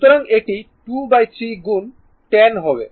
সুতরাং এটি 23 গুণ 10 হবে